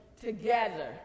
together